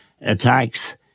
attacks